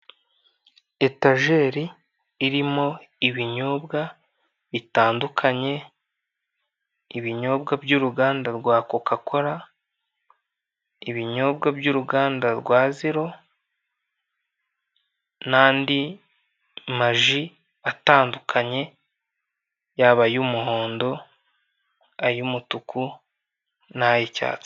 Etajeri irimo ibinyobwa bitandukanye, ibinyobwa by'uruganda rwa coca cola, ibinyobwa by'uruganda rwa zero n'andi maji atandukanye, yaba ay'umuhondo, ay'umutuku n'ay'icyatsi.